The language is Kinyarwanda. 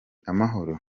amahoro